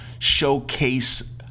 showcase